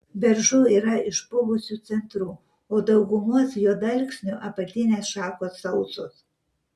beržų yra išpuvusiu centru o daugumos juodalksnių apatinės šakos sausos